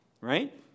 Right